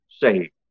saved